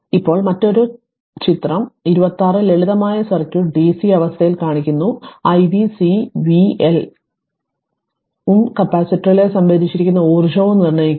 ഇപ്പോൾ മറ്റൊരു 1 ചിത്രം 26 ലളിതമായ സർക്യൂട്ട് dc അവസ്ഥയിൽ കാണിക്കുന്നു iv C v L ഉം കപ്പാസിറ്ററിലെ സംഭരിച്ചിരിക്കുന്ന ഊർജ്ജവും നിർണ്ണയിക്കുക